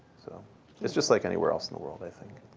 so it's just like anywhere else in the world, i think,